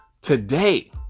today